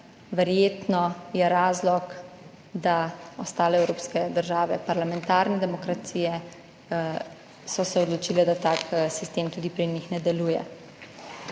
Verjetno je razlog, da so se ostale evropske države parlamentarne demokracije odločile, da tak sistem tudi pri njih ne deluje.